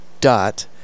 dot